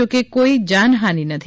જો કે કોઇ જાનહાનિ નથી